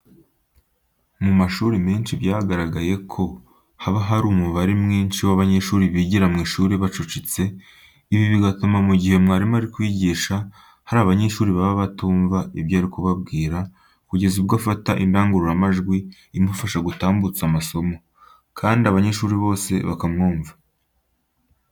Mu mashuri menshi byagaragaye ko haba hari umubare mwinshi w'abanyeshuri bigira mu ishuri bacucitse, ibi bigatuma mu gihe mwarimu ari kwigisha hari abanyeshuri baba batumva ibyo ari kubabwira kugeza ubwo afata indangururamajwi imufasha gutambutsa amasomo, kandi abanyeshuri bose bakamwumva.